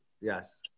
Yes